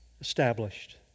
established